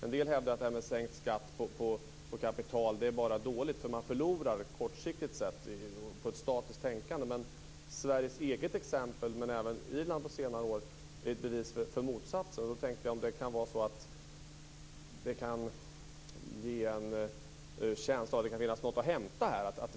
En del hävdar att sänkt skatt på kapital är dåligt, för man förlorar kortsiktigt. Det är ett statiskt tänkande. Men Sveriges eget exempel och även Irlands är ett bevis på motsatsen. Då tänkte jag att det kan ge en känsla av att det kan finnas något att hämta här.